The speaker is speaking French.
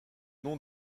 nom